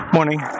Morning